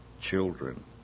children